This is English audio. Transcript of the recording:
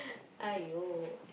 !aiyo!